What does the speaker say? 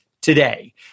today